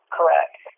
Correct